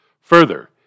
Further